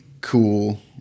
cool